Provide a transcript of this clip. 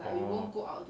orh